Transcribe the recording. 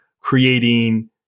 creating